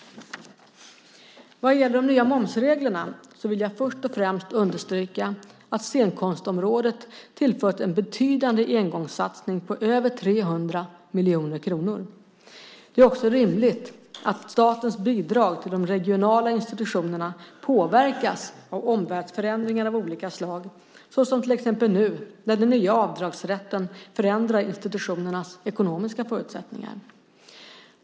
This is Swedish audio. Vad gäller de nya momsreglerna så vill jag först och främst understryka att scenkonstområdet tillförts en betydande engångssatsning på över 300 miljoner kronor. Det är också rimligt att statens bidrag till de regionala institutionerna påverkas av omvärldsförändringar av olika slag, såsom till exempel nu när den nya avdragsrätten förändrar institutionernas ekonomiska förutsättningar.